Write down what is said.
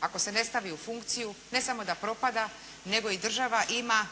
ako se ne stavi u funkciju ne samo da propada, nego i država ima